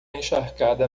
encharcada